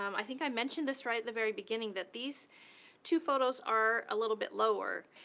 um i think i mentioned this right at the very beginning, that these two photos are a little bit lower,